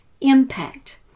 impact